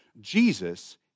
Jesus